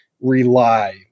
rely